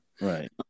right